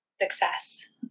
success